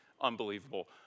unbelievable